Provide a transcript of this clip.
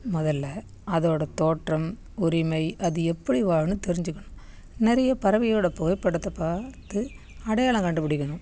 முதல்ல அதோடய தோற்றம் உரிமை அது எப்படி வாழும்னு தெரிஞ்சுக்கணும் நிறைய பறவையோடய புகைப்படத்தை பார்த்து அடையாளம் கண்டுபிடிக்கணும்